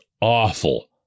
awful